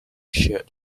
sheared